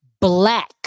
black